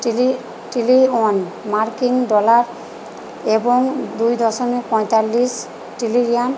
one মার্কিন dollar এবং দুই দশমিক পঁয়তাল্লিশ